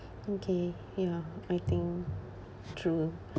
okay ya I think true